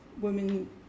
women